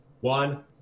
one